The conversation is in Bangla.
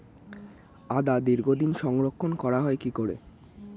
আদা দীর্ঘদিন সংরক্ষণ করা হয় কি করে?